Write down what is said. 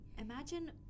Imagine